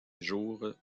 jours